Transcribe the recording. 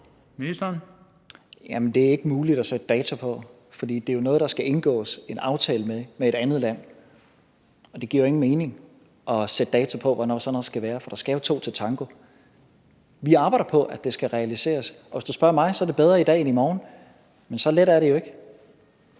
(Mattias Tesfaye): Det er ikke muligt at sætte dato på, for det er jo noget, der skal indgås en aftale med et andet land om. Det giver jo ingen mening at sætte dato på, hvornår sådan noget kan ske, for der skal jo to til en tango. Vi arbejder på, at det skal realiseres, og hvis du spørger mig, er det bedre i dag end i morgen. Men så let er det jo ikke.